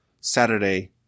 Saturday